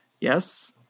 Yes